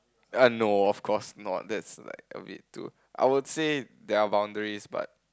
uh no of course not that's like a bit too I would say there are boundaries but